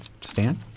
Stan